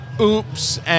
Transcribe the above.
oops